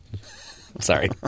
Sorry